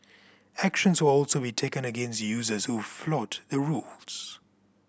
actions will also be taken against users who flout the rules